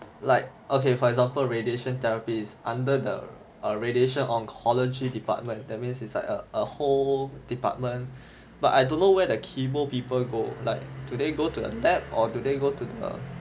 like okay for example radiation therapy is under the err radiation oncology department that means it's like a whole department but I don't know where the chemo people go like do they go to a lab or do they go to a